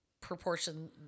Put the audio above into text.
proportion